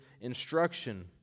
instruction